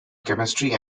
chemistry